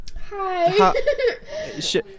hi